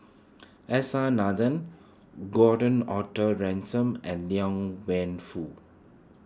S R Nathan Gordon Arthur Ransome and Liang Wenfu